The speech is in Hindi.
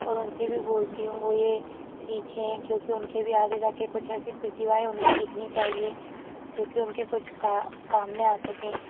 और उनसे भी बोलती हूँ वो ये सीखें क्योंकि उनके भी आगे जा कर कुछ ऐसी प्रतिभाएँ उन्हें सीखनी चाहिए जो कि उनके कुछ काम में आ सके